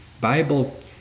bible